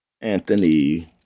Anthony